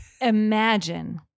Imagine